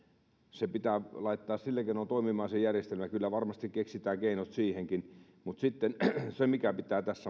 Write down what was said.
se järjestelmä pitää laittaa sillä keinoin toimimaan kyllä varmasti keksitään keinot siihenkin mutta sitten se mikä pitää tässä